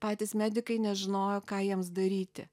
patys medikai nežinojo ką jiems daryti